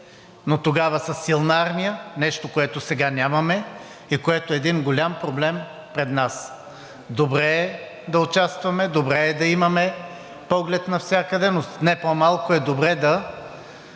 но тогава със силна армия, нещо, което сега нямаме и което е един голям проблем пред нас. Добре е да участваме, добре е да имаме поглед навсякъде, но не по-малко е добре да